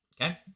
Okay